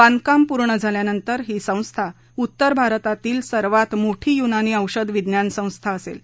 बांधकाम पूर्ण झाल्यानंतर ही संस्था उत्तर भारतातील सर्वात मोठी युनानी औषध विज्ञान संस्था असेल